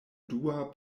dua